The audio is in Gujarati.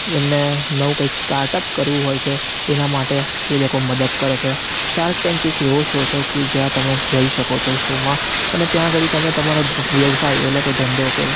એમને નવું કંઈક સ્ટાર્ટઅપ કરવું હોય છે એના માટે એ લોકો મદદ કરે છે શાર્ક ટેન્ક એક એવો શો છે કે જ્યાં તમે જઈ શકો છો શોમાં અને ત્યાં આગળ એ તમે તમારા વ્યવસાય એટલે કે ધંધો કે